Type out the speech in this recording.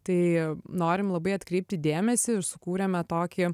tai norim labai atkreipti dėmesį ir sukūrėme tokį